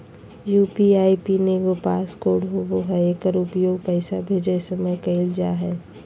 UPI PIN एगो pass code होबो हइ एकर उपयोग पैसा भेजय समय कइल जा हइ